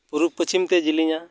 ᱯᱩᱨᱩᱵ ᱯᱚᱪᱷᱤᱢ ᱛᱮ ᱡᱮᱞᱮᱧᱟ